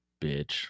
bitch